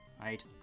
right